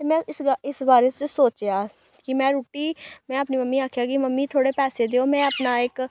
में इस ग इस बारे च सोच्चेआ ऐ कि में रुट्टी में अपनी मम्मी गी आखेआ के मम्मी थोह्ड़े पैसे देओ में अपना इक